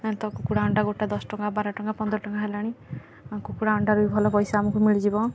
ତ କୁକୁଡ଼ା ଅଣ୍ଡା ଗୋଟା ଦଶ ଟଙ୍କା ବାର ଟଙ୍କା ପନ୍ଦର ଟଙ୍କା ହେଲାଣି ଆଉ କୁକୁଡ଼ା ଅଣ୍ଡାରୁ ବି ଭଲ ପଇସା ଆମକୁ ମିଳିଯିବ